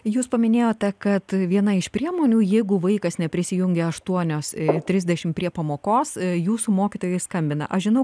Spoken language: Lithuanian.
jūs paminėjote kad viena iš priemonių jeigu vaikas neprisijungė aštuonios trisdešimt prie pamokos jūsų mokytojai skambina aš žinau